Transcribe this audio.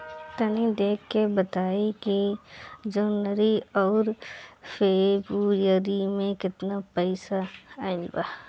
तनी देख के बताई कि जौनरी आउर फेबुयारी में कातना रुपिया आएल बा?